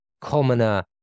commoner